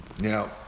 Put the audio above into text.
now